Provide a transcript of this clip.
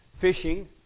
fishing